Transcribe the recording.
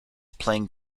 playing